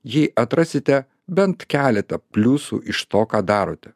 jei atrasite bent keletą pliusų iš to ką darote